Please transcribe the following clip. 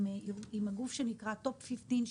עם ארגון שנקרא TOP 15,